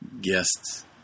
guests